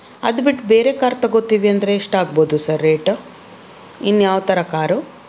ಅದ್ಬಿಟ್ಟು ಬೇರೆ ಕಾರ್ ತೊಗೋತೀವಿ ಅಂದರೆ ಎಷ್ಟಾಗ್ಬೌದು ಸರ್ ರೇಟ ಇನ್ಯಾವ ಥರ ಕಾರು